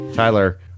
Tyler